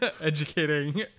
educating